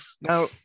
Now